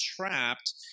trapped